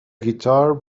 guitar